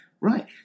Right